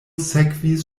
sekvis